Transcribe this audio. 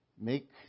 Make